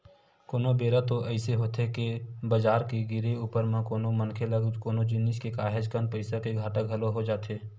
कोनो बेरा तो अइसे होथे के बजार के गिरे ऊपर म कोनो मनखे ल कोनो जिनिस के काहेच कन पइसा के घाटा घलो हो जाथे